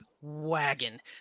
wagon